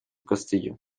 castillo